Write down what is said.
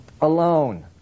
alone